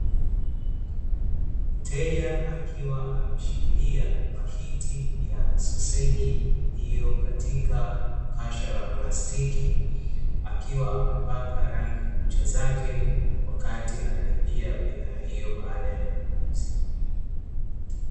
Mteja akiwa ameshikilia pakiti ya soseji iliyo katika kasha la plastiki, akiwa amepaka rangi kucha zake wakati analipia bidhaa hiyo baada ya manunuzi.